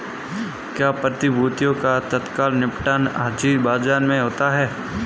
क्या प्रतिभूतियों का तत्काल निपटान हाज़िर बाजार में होता है?